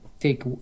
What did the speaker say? take